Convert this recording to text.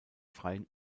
freien